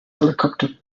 helicopter